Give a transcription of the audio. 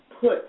put